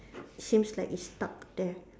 seems like it's stuck there